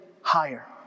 higher